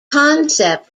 concept